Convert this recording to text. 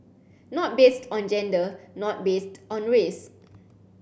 not based on gender not based on race